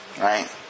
Right